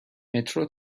مترو